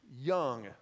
young